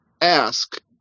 ask